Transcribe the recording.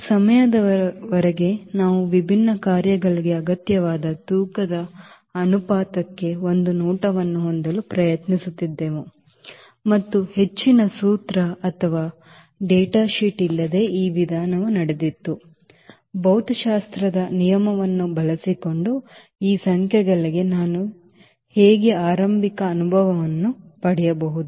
ಈ ಸಮಯದವರೆಗೆ ನಾನು ವಿಭಿನ್ನ ಕಾರ್ಯಗಳಿಗೆ ಅಗತ್ಯವಾದ ತೂಕದ ಅನುಪಾತಕ್ಕೆ ಒಂದು ನೋಟವನ್ನು ಹೊಂದಲು ಪ್ರಯತ್ನಿಸುತ್ತಿದ್ದೆ ಮತ್ತು ಹೆಚ್ಚಿನ ಸೂತ್ರ ಅಥವಾ ಡೇಟಾ ಶೀಟ್ ಇಲ್ಲದೆ ಈ ವಿಧಾನವು ನಡೆದಿತ್ತು ಭೌತಶಾಸ್ತ್ರದ ನಿಯಮವನ್ನು ಬಳಸಿಕೊಂಡು ಈ ಸಂಖ್ಯೆಗಳಿಗೆ ನಾನು ಹೇಗೆ ಆರಂಭಿಕ ಅನುಭವವನ್ನು ಪಡೆಯಬಹುದು